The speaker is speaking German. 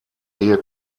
ehe